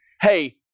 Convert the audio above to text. hey